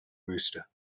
rooster